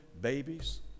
babies